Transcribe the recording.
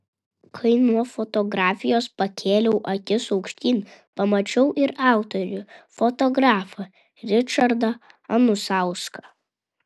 kai nuo fotografijos pakėliau akis aukštyn pamačiau ir autorių fotografą ričardą anusauską